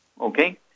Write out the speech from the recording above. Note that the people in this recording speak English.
Okay